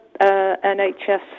NHS